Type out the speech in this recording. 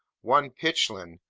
one pitchlynn,